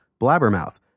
blabbermouth